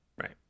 Right